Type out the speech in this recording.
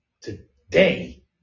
Today